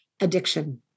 addiction